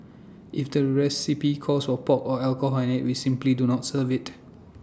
if the recipe calls all pork or alcohol in IT we simply do not serve IT